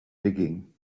digging